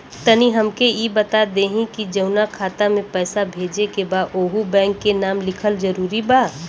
तनि हमके ई बता देही की जऊना खाता मे पैसा भेजे के बा ओहुँ बैंक के नाम लिखल जरूरी बा?